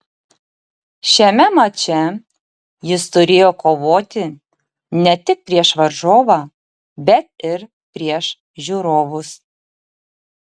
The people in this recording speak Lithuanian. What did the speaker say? šiame mače jis turėjo kovoti ne tik prieš varžovą bet ir prieš žiūrovus